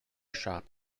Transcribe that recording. shop